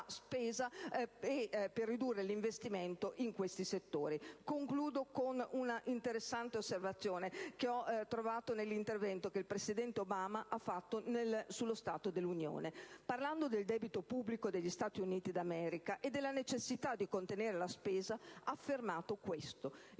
riduzione degli investimenti in questi settori. Concludo con un'interessante osservazione che ho trovato nell'intervento che il presidente Obama ha pronunciato quest'anno sullo stato dell'Unione. Parlando del debito pubblico degli Stati Uniti d'America e della necessità di contenere la spesa, ha affermato più o